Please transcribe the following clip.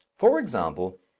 for example,